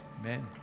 Amen